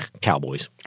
cowboys